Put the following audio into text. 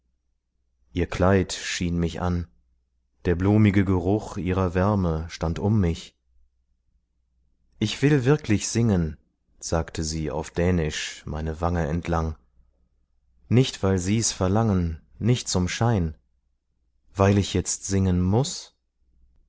ihr kleid schien mich an der blumige geruch ihrer wärme stand um mich ich will wirklich singen sagte sie auf dänisch meine wange entlang nicht weil sie's verlangen nicht zum schein weil ich jetzt singen muß